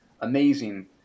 amazing